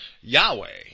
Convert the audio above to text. Yahweh